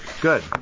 Good